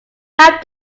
help